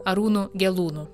arūnu gelūnu